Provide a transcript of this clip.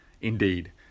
indeed